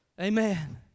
Amen